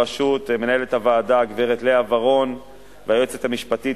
בראשות מנהלת הוועדה הגברת לאה ורון והיועצת המשפטית,